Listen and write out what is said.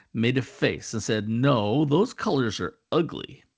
made a face and said, no, those colors are ugly.